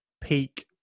peak